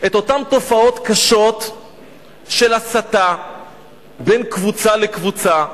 את אותן תופעות קשות של הסתה בין קבוצה לקבוצה,